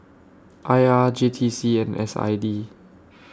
I R J T C and S I D